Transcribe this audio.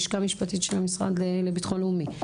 לשכה משפטית של המשרד לביטחון לאומי,